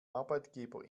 arbeitgeber